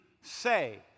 say